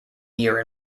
year